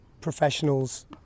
professionals